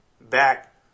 back